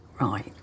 Right